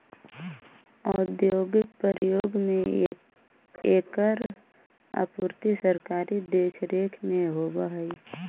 औद्योगिक प्रयोग में एकर आपूर्ति सरकारी देखरेख में होवऽ हइ